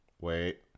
Wait